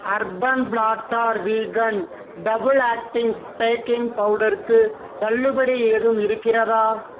urban Platter vegan double acting baking பவுடருக்கு தள்ளுபடி ஏதும் இருக்கிறதா